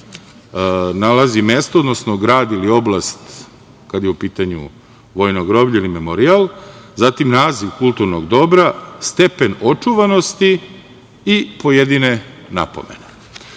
nalazi mesto ili grad, oblast kada je u pitanju vojno groblje ili memorijal, zatim naziv kulturnog dobra, stepen očuvanosti i pojedine napomene. Ono